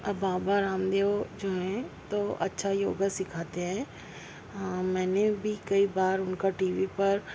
بابا رام دیو جو ہیں تو اچھا یوگا سکھاتے ہیں میں نے بھی کئی بار ان کا ٹی وی پر